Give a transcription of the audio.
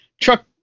truck